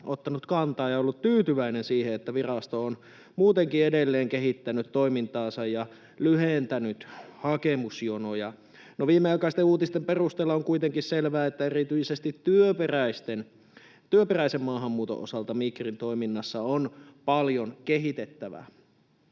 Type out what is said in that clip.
ja ollut tyytyväinen siihen, että virasto on muutenkin edelleen kehittänyt toimintaansa ja lyhentänyt hakemusjonoja. No viimeaikaisten uutisten perusteella on kuitenkin selvää, että erityisesti työperäisen maahanmuuton osalta Migrin toiminnassa on paljon kehitettävää.